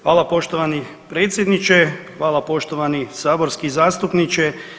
Hvala poštovani predsjedniče, hvala poštovani saborski zastupniče.